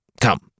Come